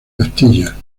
castilla